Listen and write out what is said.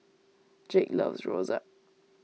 Jake loves rojak